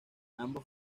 ambos